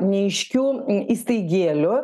neaiškių įstaigėlių